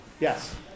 yes